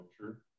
culture